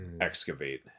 excavate